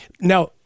now